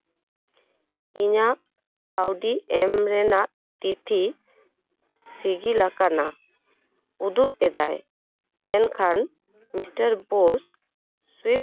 ᱤᱧᱟᱹᱜ ᱠᱟᱹᱣᱰᱤ ᱮᱢ ᱨᱮᱱᱟᱜ ᱛᱤᱛᱷᱤ ᱥᱤᱜᱤᱞ ᱟᱠᱟᱱᱟ ᱩᱫᱩᱜ ᱮᱫᱟᱭ ᱮᱱᱠᱷᱟᱱ ᱢᱤᱥᱴᱟᱨ ᱵᱳᱥ ᱥᱩᱭᱤᱯᱴ